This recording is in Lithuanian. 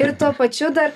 ir tuo pačiu dar